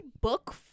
book